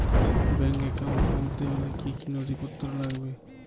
Bank account খুলতে হলে কি কি নথিপত্র লাগবে?